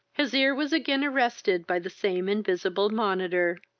his ear was again arrested by the same invisible monitor.